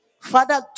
Father